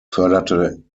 förderte